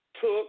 took